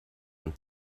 und